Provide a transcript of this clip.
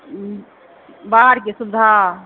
बाहरके सुविधा